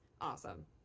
awesome